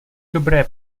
dobré